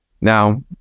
now